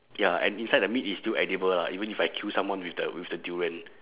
ya and inside the meat is still edible lah even if I kill someone with the with the durian